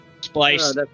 Splice